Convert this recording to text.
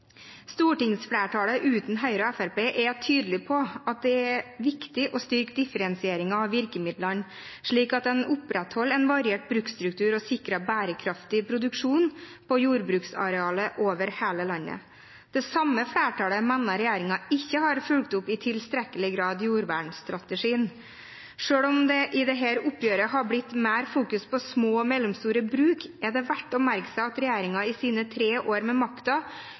Stortingsflertallet, uten Høyre og Fremskrittspartiet, er tydelige på at det er viktig å styrke differensieringen av virkemidlene, slik at en opprettholder en variert bruksstruktur og sikrer bærekraftig produksjon på jordbruksarealet over hele landet. Det samme flertallet mener at regjeringen ikke i tilstrekkelig grad har fulgt opp jordvernsstrategien. Selv om det i dette oppgjøret har blitt fokusert mer på små og mellomstore bruk, er det verdt å merke seg at regjeringen i sine tre år ved makten, som representanten Storberget sa, kun har gått inn med